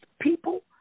people